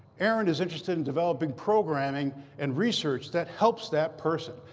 erin is interested in developing programming and research that helps that person,